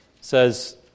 says